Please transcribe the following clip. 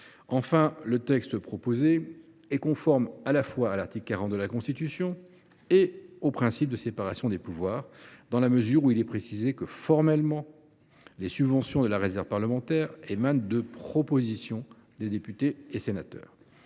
Enfin, le texte proposé est conforme à la fois à l’article 40 de la Constitution et au principe de séparation des pouvoirs, dans la mesure où il est précisé que les subventions de la réserve parlementaire émanent, formellement, de « propositions » des députés et sénateurs.